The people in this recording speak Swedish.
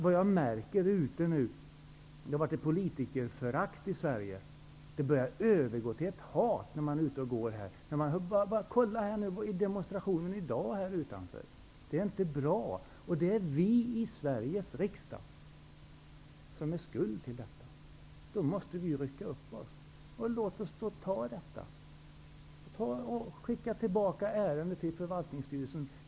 Det har funnits ett politikerförakt i Sverige, och jag märker nu att det börjar övergå till ett hat. Se bara på demonstrationen här utanför i dag! Det är inte bra. Det är vi i Sveriges riksdag som är skulden till detta, och vi måste rycka upp oss. Skicka tillbaka ärendet till förvaltningsstyrelsen!